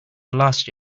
last